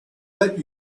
let